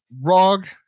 ROG